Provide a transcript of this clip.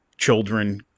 children